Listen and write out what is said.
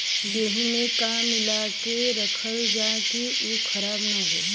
गेहूँ में का मिलाके रखल जाता कि उ खराब न हो?